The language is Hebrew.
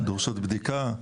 דורשות בדיקה.